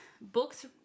Books